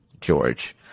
George